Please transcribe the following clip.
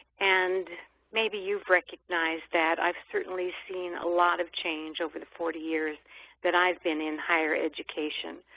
and maybe you've recognized that. i've certainly seen a lot of change over the forty years that i've been in higher education.